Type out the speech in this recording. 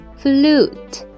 flute